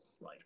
right